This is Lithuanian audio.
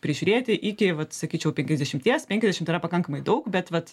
prižiūrėti iki vat sakyčiau penkiasdešimties penkiasdešim yra pakankamai daug bet vat